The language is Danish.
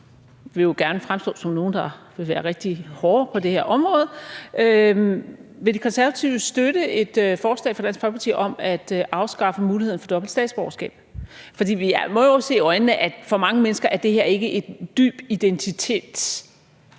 vil jo gerne fremstå som nogle, der vil være rigtig hårde på det her område. Vil De Konservative støtte et forslag fra Dansk Folkeparti om at afskaffe muligheden for dobbelt statsborgerskab? For vi må jo se i øjnene, at for mange mennesker er det ikke en dyb identitetsafgørelse